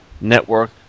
Network